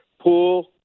pool